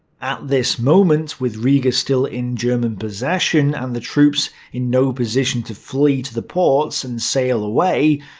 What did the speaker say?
at this moment, with riga still in german possession and the troops in no position to flee to the ports and sail away,